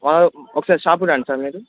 ఒకసారి షాపుకి రండి సార్ మీరు